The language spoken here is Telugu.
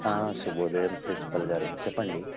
శుభోదయం ప్రిన్సిపల్ గారు చెప్పండి